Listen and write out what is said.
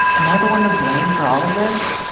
am i the one to blame for all of this?